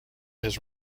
his